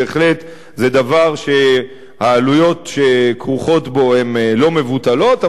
בהחלט זה דבר שהעלויות שכרוכות בו הן לא מבוטלות,